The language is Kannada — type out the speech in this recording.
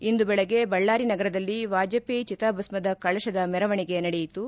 ಇಂದು ಬೆಳಗ್ಗೆ ಬಳ್ಳಾರಿ ನಗರದಲ್ಲಿ ವಾಜಪೇಯಿ ಚಿತಾಭಸ್ಮದ ಕಳತದ ಮೆರವಣಿಗೆ ನಡೆಯಿತು